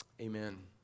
amen